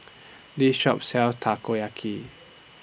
This Shop sells Takoyaki